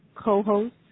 co-host